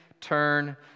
turn